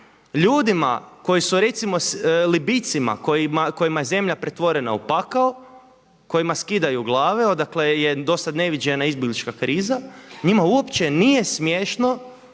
ljudima koji su recimo Libijcima kojima je zemlja pretvorena u pakao, kojima skidaju glave, odakle je do sada neviđena izbjeglička kriza, njima uopće nije smiješno